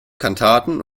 kantaten